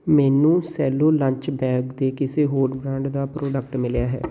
ਮੈਨੂੰ Cello lunch bag ਦੇ ਕਿਸੇ ਹੋਰ ਬ੍ਰਾਂਡ ਦਾ ਪ੍ਰੋਡਕਟ ਮਿਲਿਆ ਹੈ